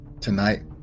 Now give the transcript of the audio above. tonight